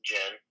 Jen